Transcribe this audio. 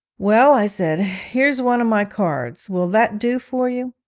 well, i said, here's one of my cards will that do for you